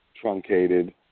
truncated